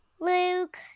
Luke